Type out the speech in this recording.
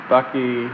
Bucky